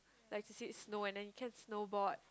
like to see it snow and then you can snowboard